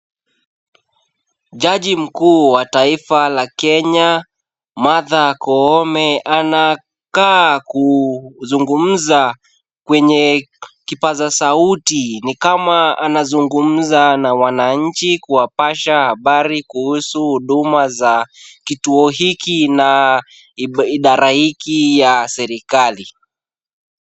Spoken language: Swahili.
Jaji mkuu wa taifa la Kenya Martha Koome, anakaa kuzungumza kwenye kipaza sauti, ni kama anazungumza na wananchi kuwapasha habari kuhusu huduma za kituo hiki na idara hiki ya serikali.